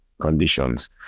conditions